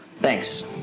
Thanks